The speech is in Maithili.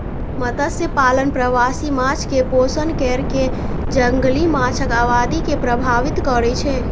मत्स्यपालन प्रवासी माछ कें पोषण कैर कें जंगली माछक आबादी के प्रभावित करै छै